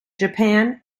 japan